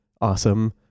awesome